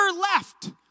left